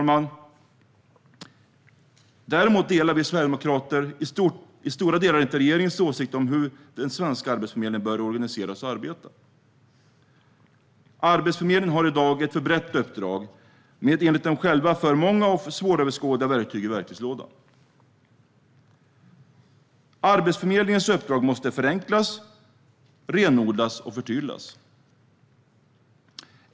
Däremot, herr talman, delar vi sverigedemokrater i stora delar inte regeringens åsikter om hur den svenska Arbetsförmedlingen bör organiseras och arbeta. Arbetsförmedlingen har i dag ett för brett uppdrag med, enligt dem själva, för många och svåröverskådliga verktyg i verktygslådan. Arbetsförmedlingens uppdrag måste förenklas, renodlas och förtydligas.